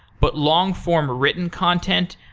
but long-form written content,